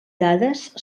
dades